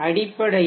அடிப்படையில்